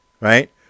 right